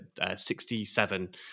67